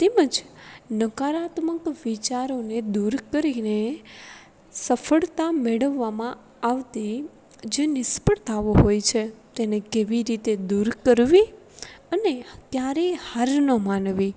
તેમજ નકારાત્મક વિચારોને દૂર કરીને સફળતા મેળવવામાં આવતી જે નિષ્ફળતાઓ હોય છે તેને કેવી રીતે દૂર કરવી અને ક્યારેય હાર ન માનવી